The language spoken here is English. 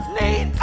need